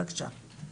בבקשה.